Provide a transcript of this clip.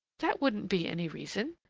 that wouldn't be any reason.